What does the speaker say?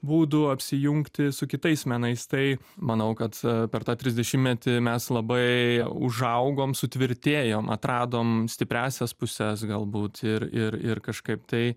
būdų apsijungti su kitais menais tai manau kad per tą trisdešimtmetį mes labai užaugom sutvirtėjom atradom stipriąsias puses galbūt ir ir ir kažkaip tai